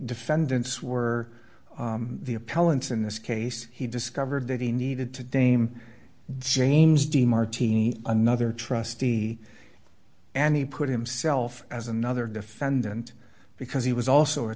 defendants were the appellant's in this case he discovered that he needed to dame james de martini another trustee and he put himself as another defendant because he was also a